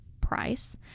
price